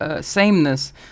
sameness